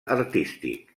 artístic